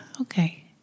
Okay